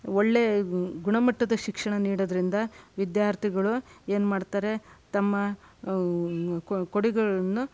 ಒಳ್ಳೆಯ ಗುಣಮಟ್ಟದ ಶಿಕ್ಷಣ ನೀಡೋದ್ರಿಂದ ವಿದ್ಯಾರ್ಥಿಗಳು ಏನು ಮಾಡ್ತಾರೆ ತಮ್ಮ ಕೊಡುಗೆಗಳನ್ನು